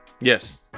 Yes